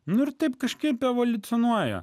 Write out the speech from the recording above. nu ir taip kažkaip evoliucionuoja